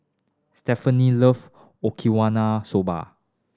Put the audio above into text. Stefani love Okiwana soba